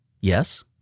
Yes